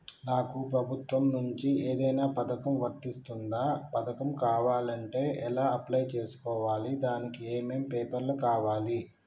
నాకు ప్రభుత్వం నుంచి ఏదైనా పథకం వర్తిస్తుందా? పథకం కావాలంటే ఎలా అప్లై చేసుకోవాలి? దానికి ఏమేం పేపర్లు కావాలి?